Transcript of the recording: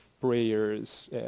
prayers